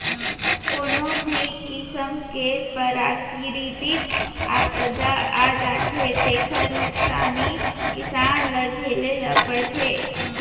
कोनो भी किसम के पराकिरितिक आपदा आ जाथे तेखर नुकसानी किसान ल झेले ल परथे